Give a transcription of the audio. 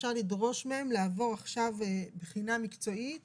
שאפשר לדרוש מהם לעבור עכשיו בחינה מקצועית